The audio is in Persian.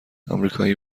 امریکایی